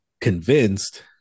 convinced